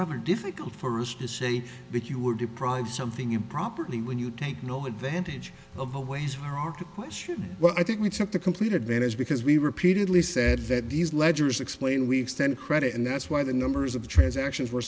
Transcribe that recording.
rather difficult for us to say that you were deprived something improperly when you take no advantage of a ways for our to question well i think we took the complete advantage because we repeatedly said that these ledgers explain we extend credit and that's why the numbers of transactions